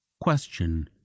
question